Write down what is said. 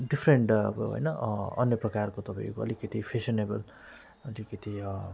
different अब होइन अन्य प्रकारको तपाईँको अलिकति फेसनेबल अलिकति